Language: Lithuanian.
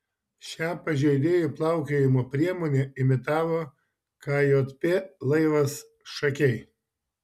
šią pažeidėjų plaukiojimo priemonę imitavo kjp laivas šakiai